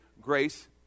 grace